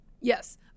Yes